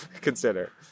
consider